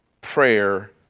prayer